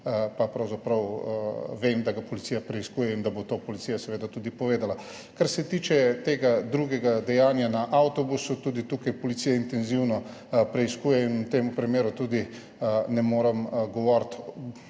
vem, da ga policija preiskuje in da bo to policija seveda tudi povedala. Kar se tiče tega drugega dejanja na avtobusu, tudi tukaj policija intenzivno preiskuje in v tem primeru tudi ne morem govoriti,